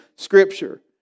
scripture